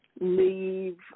leave